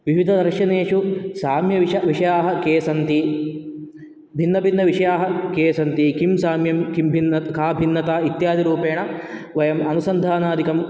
विविधदर्शनेषु साम्य विष विषयाः के सन्ति भिन्नभिन्नविषयाः के सन्ति किं साम्यं किं भिन् का भिन्नता इत्यादि रूपेण वयम् अनुसन्धानादिकम्